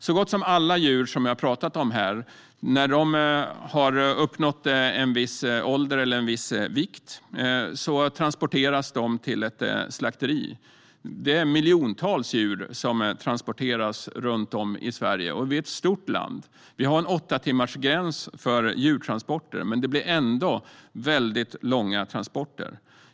Så gott som alla djur jag talat om här transporteras, när de har uppnått en viss ålder eller en viss vikt, till ett slakteri. Det är miljontals djur som transporteras runt om i Sverige. Vi är ett stort land. Vi har en åttatimmarsgräns för djurtransporter, men transporterna blir ändå väldigt långa.